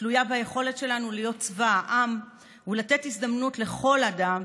תלויה ביכולת שלנו להיות צבא העם ולתת הזדמנות לכל אדם,